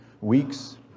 weeks